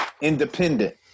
independent